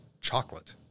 chocolate